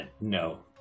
no